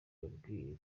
yambwiye